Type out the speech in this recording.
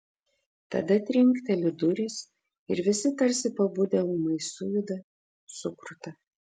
tada trinkteli durys ir visi tarsi pabudę ūmai sujuda sukruta